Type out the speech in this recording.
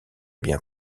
bien